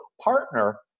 partner